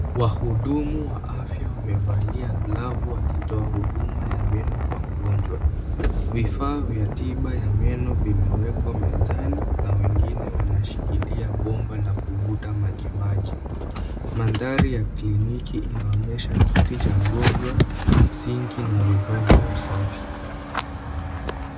Wahudumu wa afya wamevalia glavu wakitoa huduma ya meno kwa mgonjwa. Vifaa vya tiba ya meno vimewekwa mezani na wengine wanashikilia bomba la kuvuta majimaji. Mandhari ya clinic inaonyesha kiti cha mgonjwa, sink na vifaa vya usafi.